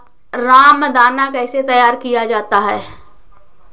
रामदाना कैसे तैयार किया जाता है?